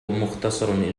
مختصرة